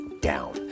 down